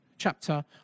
Chapter